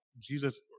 Jesus